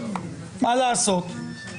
מה לעשות,